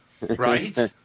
Right